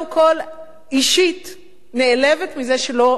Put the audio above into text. אישית אני נעלבת מזה שלא התקשרת,